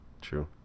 True